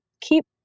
keep